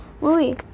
movie